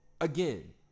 again